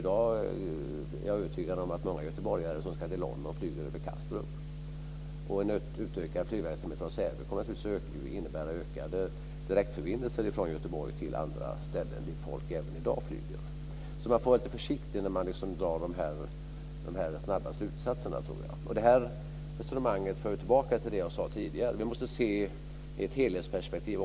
Jag är övertygad om att många göteborgare som i dag ska till London flyger över Kastrup. En utökad flygverksamhet från Säve innebär naturligtvis ökade direktförbindelser från Göteborg till andra ställen som folk även i dag flyger till. Man får nog alltså vara lite försiktig med att så snabbt dra slutsatser. Det här resonemanget för tillbaka till det jag tidigare sade. Vi måste se också detta i ett helhetsperspektiv.